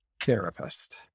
therapist